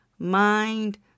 mind